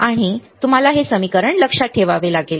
आणि तुम्हाला हे समीकरण लक्षात ठेवावे लागेल